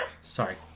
sorry